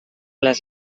les